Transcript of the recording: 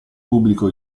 pubblico